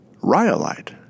rhyolite